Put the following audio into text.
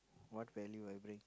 what value I bring